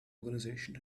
organisation